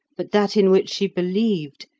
but that in which she believed,